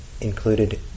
included